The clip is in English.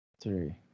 three